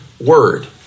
word